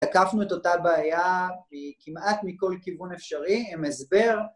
‫תקפנו את אותה בעיה ‫מכמעט מכל כיוון אפשרי, עם הסבר.